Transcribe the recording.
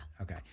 Okay